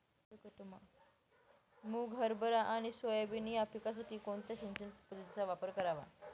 मुग, हरभरा आणि सोयाबीन या पिकासाठी कोणत्या सिंचन पद्धतीचा वापर करावा?